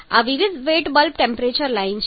આ વિવિધ wet bulb temperature line છે